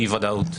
אי-ודאות.